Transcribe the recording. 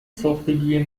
ساختگی